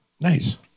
Nice